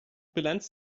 bilanz